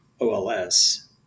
OLS